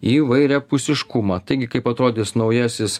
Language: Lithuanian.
įvairiapusiškumą taigi kaip atrodys naujasis